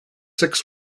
six